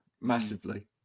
massively